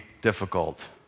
difficult